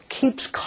keeps